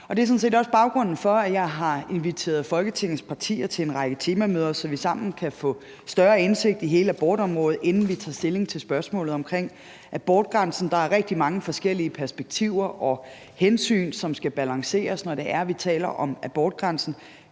set også baggrunden for, at jeg har inviteret Folketingets partier til en række temamøder, så vi sammen kan få en større indsigt i hele abortområdet, inden vi tager stilling til spørgsmålet omkring abortgrænsen. Der er rigtig mange forskellige perspektiver og hensyn, som skal balanceres, når vi taler om abortgrænsen,